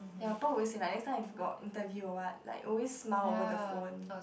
ya my prof always say like next time if got interview or what like always smile over the phone